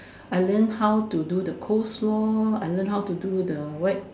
I learn how to do the Coleslaw I learn how to do the